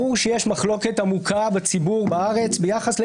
ברור, לא